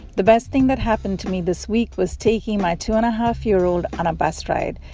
the best thing that happened to me this week was taking my two and a half year old on a bus ride.